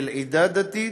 של עדה דתית,